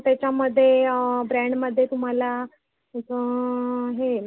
त्याच्यामध्ये ब्रँडमध्ये तुम्हाला कसं हे